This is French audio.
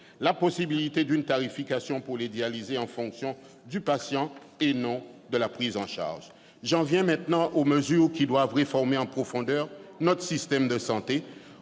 la possibilité d'une tarification pour les dialysés en fonction du patient et non de la prise en charge. J'en viens maintenant aux mesures qui doivent réformer en profondeur notre système de santé